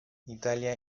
italia